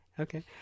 Okay